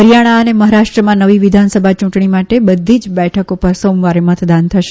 હરીયાણા અને મહારાષ્ટ્રમાં નવી વિધાનસભા યુંટણી માટે બબધી જ બેઠકો પર સોમવારે મતદાન થશે